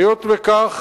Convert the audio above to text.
היות שכך,